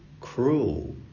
cruel